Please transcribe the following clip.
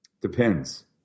Depends